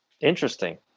Interesting